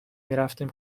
میرفتیم